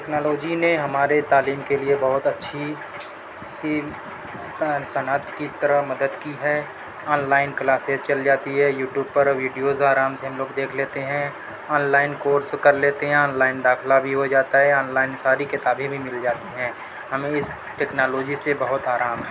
technology نے ہمارے تعلیم کے لئے بہت اچھی سین صنعت کی طرح مدد کی ہے آن لائن کلاسیز چل جاتی ہے یوٹیوب پر ویڈیوز آرام سے ہم لوگ دیکھ لیتے ہیں آن لائن کورس کر لیتے ہیں آن لائن داخلہ بھی ہو جاتا ہے آن لائن ساری کتابیں بھی مل جاتی ہیں ہمیں اس ٹیکنالوجی سے بہت آرام ہے